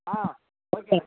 ஆ ஓகேண்ணே